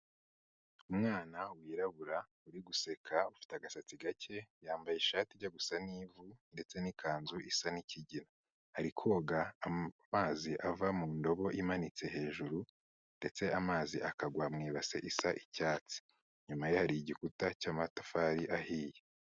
Umwana wirabura uri guseka ufite agasatsi gake yambaye ishati ijya gusa n'ivu ndetse n'ikanzu isa n'ikigina, ari koga amazi ava mu ndobo imanitse hejuru ndetse amazi akagwa mu ibase isa icyatsi, inyuma hari igikuta cy'amatafari ahiye.